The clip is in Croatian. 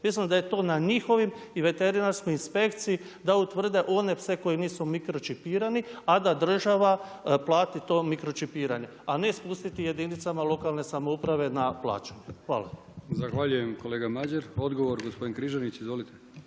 mislim da je to na njihovim i veterinarskoj inspekciji da utvrde one pse koje nisu mikročipirani, a da država plati to mirkočipiranje. A ne spustiti jedinicama lokalne samouprave na plaću. Hvala. **Brkić, Milijan (HDZ)** Zahvaljujem kolega Madjer. Odgovor gospodin Križanić. Izvolite.